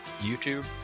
youtube